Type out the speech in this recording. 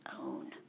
own